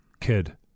kid